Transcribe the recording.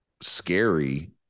scary